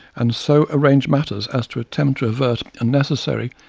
and so arrange matters as to attempt to avert unnecessary,